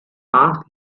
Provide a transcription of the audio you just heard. asked